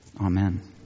Amen